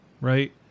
right